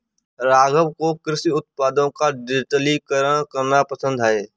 राघव को कृषि उत्पादों का डिजिटलीकरण करना पसंद है